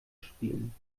spielen